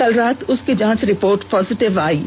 कल रात को उसकी जांच रिपोर्ट पॉजिटिव आई है